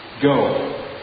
go